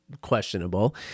questionable